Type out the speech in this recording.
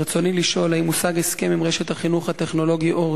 ברצוני לשאול: 1. האם הושג הסכם עם רשת החינוך הטכנולוגי "אורט"